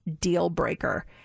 deal-breaker